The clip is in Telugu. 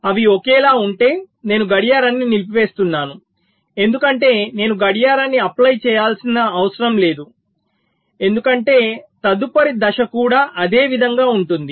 అవి ఒకేలా ఉంటే నేను గడియారాన్ని నిలిపివేస్తున్నాను ఎందుకంటే నేను గడియారాన్ని అప్లై చేయాల్సిన లేదు ఎందుకంటే తదుపరి దశ కూడా అదే విధంగా ఉంటుంది